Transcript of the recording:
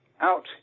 out